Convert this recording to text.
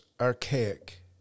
archaic